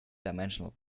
dimensional